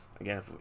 again